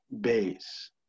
base